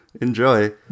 enjoy